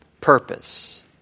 purpose